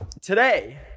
Today